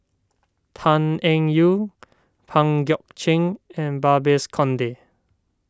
Tan Eng Yoon Pang Guek Cheng and Babes Conde